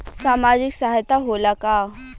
सामाजिक सहायता होला का?